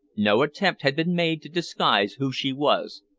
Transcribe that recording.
no attempt had been made to disguise who she was,